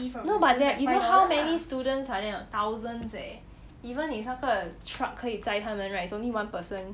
no but there are you know how many students are there or not thousands leh even if 那个 truck 可以载他们 right is only one person